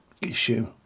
issue